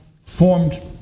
formed